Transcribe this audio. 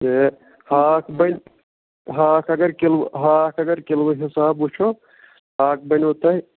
تہِ ہاکھ بَنہِ ہاکھ اگر کِلوٕ ہاکھ اگر کِلوٕ حِساب وٕچھو ہاکھ بَنیو تۄہہِ